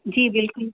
जी बिल्कुलु